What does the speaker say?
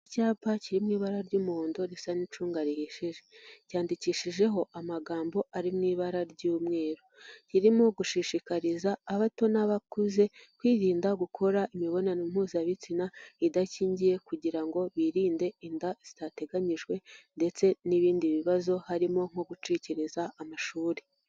Icyapa kiri mu ibara ry'umuhondo risa n'icunga rihishije ryandikishijeho amagambo ari mu ibara ry'umweru ririmo gushishikariza abato n'abakuze kwirinda gukora imibonano mpuzabitsina idakingiye, kugira ngo birinde inda zitateganyijwe ndetse n'ibindi bibazo harimo nko gucikiriza amashuri.